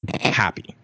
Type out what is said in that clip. happy